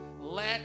Let